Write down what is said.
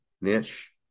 niche